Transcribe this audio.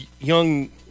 young